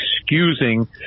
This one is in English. excusing